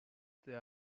they